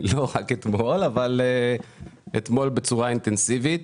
לא רק אתמול אבל אתמול בצורה אינטנסיבית.